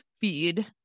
feed